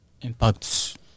impacts